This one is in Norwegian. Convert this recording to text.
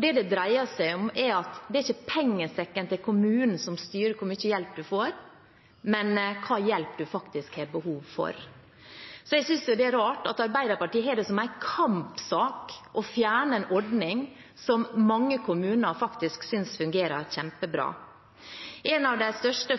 Det det dreier seg om, er at det ikke er pengesekken til kommunen som styrer hvor mye hjelp en får, men hva slags hjelp en faktisk har behov for. Så jeg synes det er rart at Arbeiderpartiet har det som en kampsak å fjerne en ordning mange kommuner faktisk synes fungerer kjempebra. En av de største